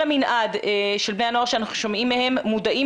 כל המנעד של בני הנוער שאנחנו שומעים מהם מודעים